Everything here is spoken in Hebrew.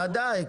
ודאי.